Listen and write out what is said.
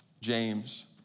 James